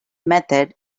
method